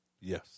Yes